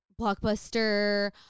Blockbuster